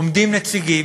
עומדים נציגים,